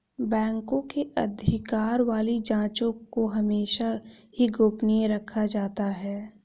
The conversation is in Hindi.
बैंकों के अधिकार वाली जांचों को हमेशा ही गोपनीय रखा जाता है